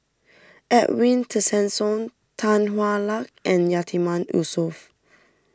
Edwin Tessensohn Tan Hwa Luck and Yatiman Yusof